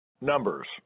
Numbers